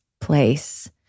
place